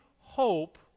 hope